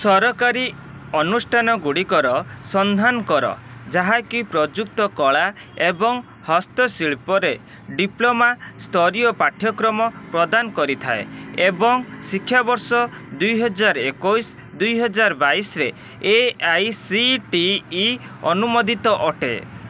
ସରକାରୀ ଅନୁଷ୍ଠାନଗୁଡ଼ିକର ସନ୍ଧାନ କର ଯାହାକି ପ୍ରଯୁକ୍ତ କଳା ଏବଂ ହସ୍ତଶିଳ୍ପରେ ଡିପ୍ଲୋମା ସ୍ତରୀୟ ପାଠ୍ୟକ୍ରମ ପ୍ରଦାନ କରିଥାଏ ଏବଂ ଶିକ୍ଷାବର୍ଷ ଦୁଇହଜାର ଏକୋଉଶ ଦୁଇହଜାର ବାଇଶିରେ A I C T E ଅନୁମୋଦିତ ଅଟେ